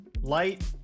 Light